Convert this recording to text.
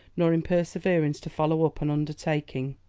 nor in perseverance to follow up, an undertaking,